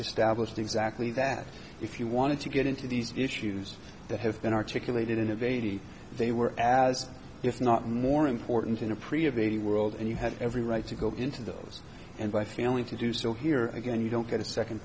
established exactly that if you wanted to get into these issues that have been articulated innovative they were as if not more important in a pre of a world and you had every right to go into those and my family to do so here again you don't get a second